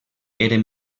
eren